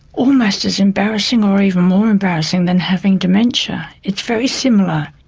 almost as embarrassing or even more embarrassing than having dementia, it's very similar.